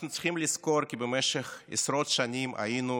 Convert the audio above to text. אנחנו צריכים לזכור כי במשך עשרות שנים היינו